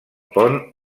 pont